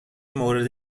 مورد